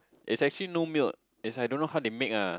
it's actually no milk it's I don't know how they make ah